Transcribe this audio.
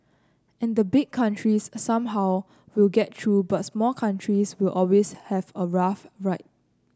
and the big countries somehow will get through but small countries will always have a rough ride